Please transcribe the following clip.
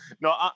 No